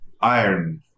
Iron